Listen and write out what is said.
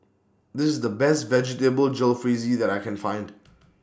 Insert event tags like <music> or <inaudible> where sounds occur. This IS The Best Vegetable Jalfrezi that I Can Find <noise>